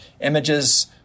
images